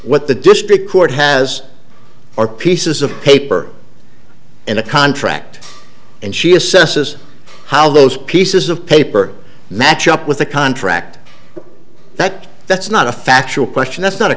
what the district court has or pieces of paper in a contract and she assesses how those pieces of paper match up with the contract that that's not a factual question it's not a